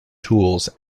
tools